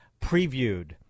previewed